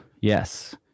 Yes